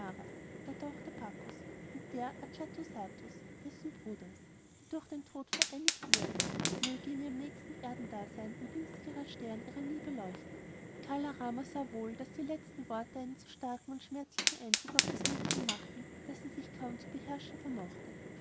der tochter bakus und der ajatasattus seines bruders die durch den tod vereinigt wurden möge in ihrem nächsten erdendasein ein günstigerer stern ihrer liebe leuchten kala rama sah wohl daß die letzten worte einen so starken und schmerzlichen eindruck auf das mädchen machten daß sie sich kaum zu beherrschen vermochte